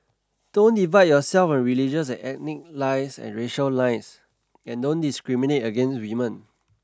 don't divide yourself on religious and ethnic lines and racial lines and don't discriminate against women